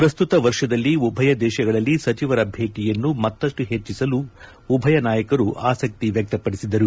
ಪ್ರಸ್ತುತ ವರ್ಷದಲ್ಲಿ ಉಭಯ ದೇಶಗಳಲ್ಲಿ ಸಚಿವರ ಭೇಟಿಯನ್ನು ಮತ್ತಷ್ಲ ಹೆಚ್ಚಿಸಲು ಸಹ ಉಭಯ ನಾಯಕರು ಆಸಕ್ತ ವ್ಯಕ್ತ ಪಡಿಸಿದರು